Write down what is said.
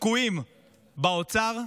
תקועים באוצר,